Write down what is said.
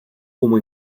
cómo